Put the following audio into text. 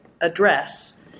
address